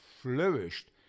flourished